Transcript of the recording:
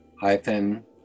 hyphen